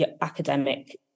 academic